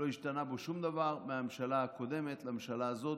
לא השתנה בו שום דבר מהממשלה הקודמת לממשלה הזאת,